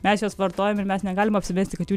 mes juos vartojam ir mes negalim apsimesti kad jų